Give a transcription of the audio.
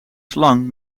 slang